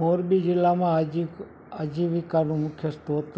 મોરબી જિલ્લામાં આજી આજીવિકાનું મુખ્ય સ્રોત